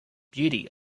beauty